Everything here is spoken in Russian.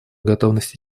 готовность